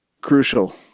crucial